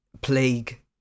plague